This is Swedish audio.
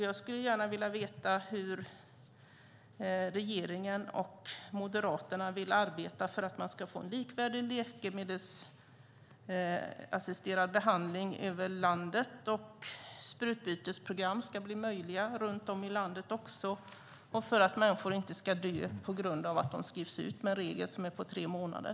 Jag skulle gärna vilja veta hur regeringen och Moderaterna vill arbeta för att man ska få en likvärdig läkemedelsassisterad behandling över landet, för att människor inte ska dö på grund av att de skrivs ut enligt tremånadersregeln och för att sprututbytesprogram ska bli möjliga runt om i landet.